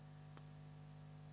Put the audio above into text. Hvala